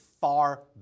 far